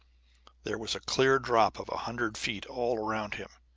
there was a clear drop of a hundred feet all around him.